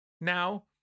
Now